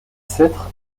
cèdres